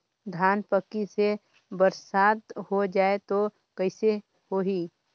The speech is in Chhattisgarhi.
धान पक्की से बरसात हो जाय तो कइसे हो ही?